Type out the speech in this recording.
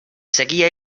seguia